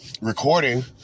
recording